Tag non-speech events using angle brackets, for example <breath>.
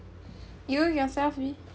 <breath> you yourself B